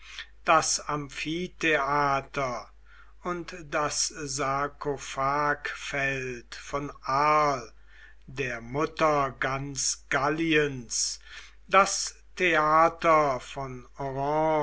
das amphitheater und das sarkophagfeld von arles der mutter ganz galliens das theater von